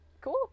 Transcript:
cool